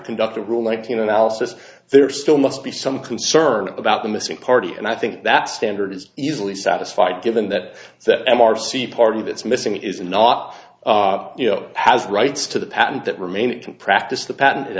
conduct a rule like in analysis there still must be some concern about the missing party and i think that standard is easily satisfied given that it's that m r c party that's missing is not you know has rights to the patent that remain in practice the patent it